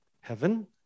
heaven